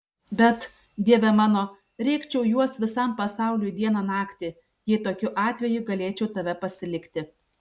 bet dieve mano rėkčiau juos visam pasauliui dieną naktį jei tokiu atveju galėčiau tave pasilikti